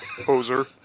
Poser